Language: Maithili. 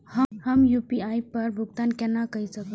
हम यू.पी.आई पर भुगतान केना कई सकब?